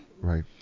Right